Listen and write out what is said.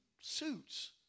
suits